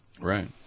right